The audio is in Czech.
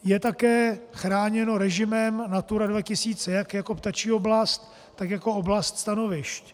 Je také chráněno režimem Natura 2000 tak jako ptačí oblast a také jako oblast stanovišť.